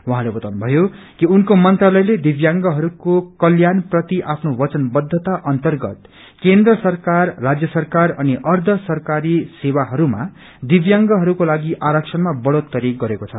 उहाँले बताउनु भयो कि उनको मंत्रालयले दिब्यांगहरुको कल्याण प्रति आफ्नो बचनबद्धता अर्न्तगत केन्द्र सरकार राज्य सरकार अनि अर्छ सरकारी सेवाहरूमा दिबयांगहरूकोलागि आरक्षणमा बढ़ोत्तरी गरेको छ